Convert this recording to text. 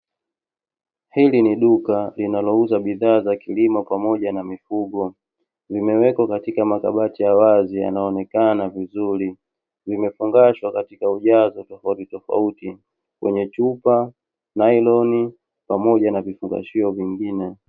Hili ni duka linalouuza bidhaa za kilimo pamoja na mifugo, limewekwa katika makabati ya wazi yanaonekana vizuri, limefungashwa katika ujazo tofauti tofauti kwenye chupa, nailoni pamoja na vifungashio vingine.